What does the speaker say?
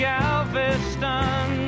Galveston